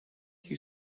you